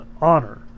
honor